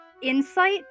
insight